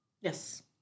Yes